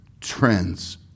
trends